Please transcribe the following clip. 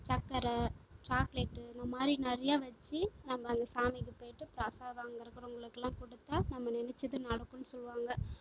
சக்கரை சாக்லேட்டு இந்த மாதிரி நிறையா வச்சு நம்ம அந்த சாமிக்கு போய்விட்டு பிரசாதம் அங்கே இருக்குறவங்களுக்கெல்லாம் கொடுத்தா நம்ம நெனைச்சது நடக்கும் சொல்வாங்க